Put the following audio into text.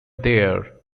there